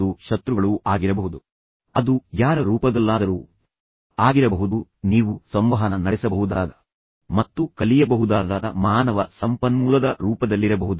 ನೆರೆಹೊರೆಯಲ್ಲಿ ಅದು ಧಾರ್ಮಿಕ ನಾಯಕನಾಗಿರಬಹುದು ಅದು ಯಾರ ರೂಪದಲ್ಲಾದರೂ ಆಗಿರಬಹುದು ನೀವು ಸಂವಹನ ನಡೆಸಬಹುದಾದ ಮತ್ತು ಕಲಿಯಬಹುದಾದ ಮಾನವ ಸಂಪನ್ಮೂಲದ ರೂಪದಲ್ಲಿರಬಹುದು